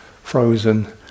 frozen